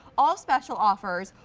all special offers,